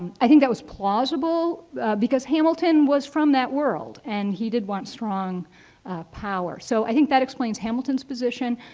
i think that was plausible because hamilton was from that world and he did want strong power. so, i think that explains hamilton's position,